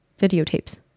videotapes